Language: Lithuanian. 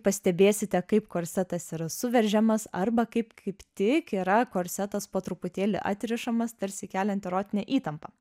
pastebėsite kaip korsetas yra suveržiamas arba kaip kaip tik yra korsetas po truputėlį atrišamas tarsi keliant erotinę įtampą